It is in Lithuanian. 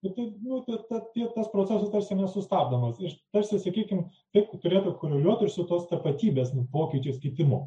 matyt nu ir ta tas procesas tarsi nesustabdomas tarsi sakykim taip turėtų koreliuot ir su tos tapatybės pokyčiais kitimu